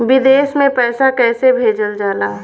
विदेश में पैसा कैसे भेजल जाला?